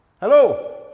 Hello